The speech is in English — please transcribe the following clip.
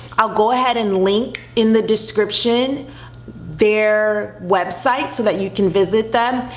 i'll go ahead and link in the description their website so that you can visit them.